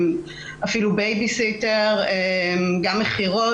אפילו בייבי-סיטר, מכירות.